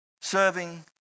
serving